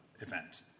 event